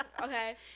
Okay